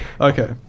Okay